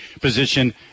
position